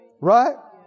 Right